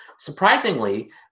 Surprisingly